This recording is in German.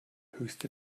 höchste